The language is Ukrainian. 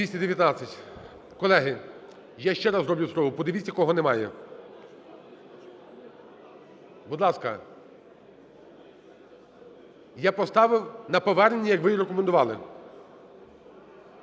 За-219 Колеги, я ще раз зроблю спробу. Подивіться кого немає. Будь ласка, я поставив на повернення, як ви і рекомендували.